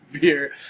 beer